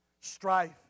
strife